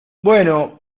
bueno